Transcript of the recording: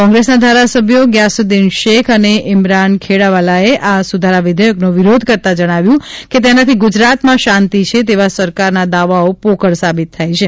કોંગ્રેસના ધારાસભ્યો ગ્યાસુદ્દીન શેખ અને ઇમરાન ખેડાવાલાએ આ સુધારા વિવેયકનો વિરોધ કરતાં જણાવ્યું કે તેનાથી ગુજરાતમાં શાંતિ છે તેવા સરકારના દાવાઓ પોકળ સાબિત થાય છે